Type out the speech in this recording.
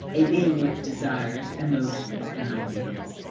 a being with desires, emotions, and ideas,